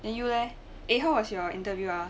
then you leh eh how was your interview ah